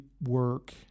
work